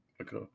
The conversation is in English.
Okay